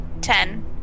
Ten